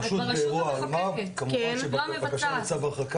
את ברשות המחוקקת, לא המבצעת.